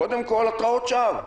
קודם כול, התראות שווא.